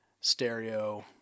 stereo